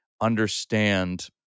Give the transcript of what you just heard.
understand